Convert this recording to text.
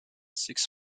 six